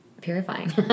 purifying